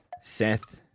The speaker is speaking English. Seth